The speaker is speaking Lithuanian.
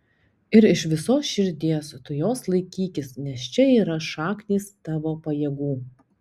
ir iš visos širdies tu jos laikykis nes čia yra šaknys tavo pajėgų